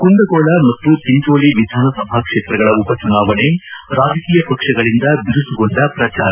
ಕುಂದಗೋಳ ಮತ್ತು ಚಿಂಚೋಳ ವಿಧಾನಸಭಾ ಕ್ಷೇತ್ರಗಳ ಉಪಚುನಾವಣೆ ರಾಜಕೀಯ ಪಕ್ಷಗಳಿಂದ ಬಿರುಸುಗೊಂಡ ಪ್ರಚಾರ